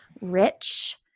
rich